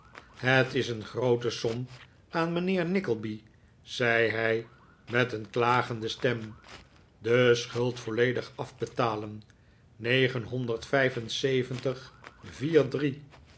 het is een groote som aan mijnheer nickleby zei hij met een klagende stem de schuld volledig afbetalen negenhonderd vijf en zeventig vier drie